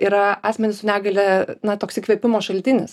yra asmenys su negalia na toks įkvėpimo šaltinis